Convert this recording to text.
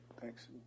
thanks